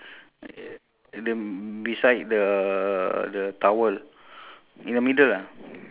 mine is buy ten get one free there's a sign board there